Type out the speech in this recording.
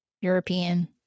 European